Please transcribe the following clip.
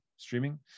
streaming